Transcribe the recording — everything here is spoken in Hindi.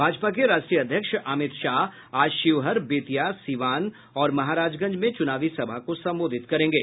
भाजपा के राष्ट्रीय अध्यक्ष अमित शाह आज शिवहर बेतिया सीवान और महराजगंज में चुनावी सभा को संबोधित करेंगे